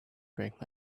break